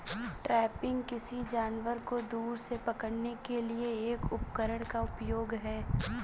trapping, किसी जानवर को दूर से पकड़ने के लिए एक उपकरण का उपयोग है